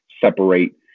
separate